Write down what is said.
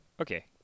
okay